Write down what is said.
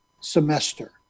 semester